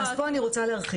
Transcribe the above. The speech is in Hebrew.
אז פה אני רוצה להרחיב.